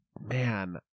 man